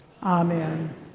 Amen